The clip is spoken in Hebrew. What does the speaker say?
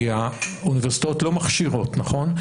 אני מבין, כי האוניברסיטאות לא מכשירות, נכון?